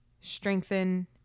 strengthen